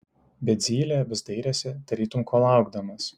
bet zylė vis dairėsi tarytum ko laukdamas